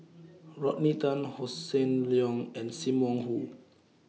Rodney Tan Hossan Leong and SIM Wong Hoo